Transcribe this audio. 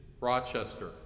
Rochester